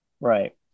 Right